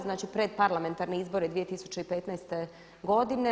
Znači pred parlamentarne izbore 2015. godine.